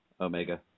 Omega